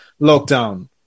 lockdown